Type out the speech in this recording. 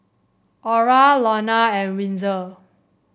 Ora Lonna and Wenzel